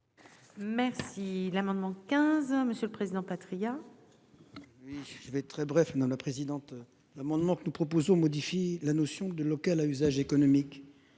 Merci l'amendement 15 hein. Monsieur le Président Patriat. Je vais très bref dans la présidente l'amendement que nous proposons modifie la notion de local à usage économique.